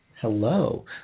Hello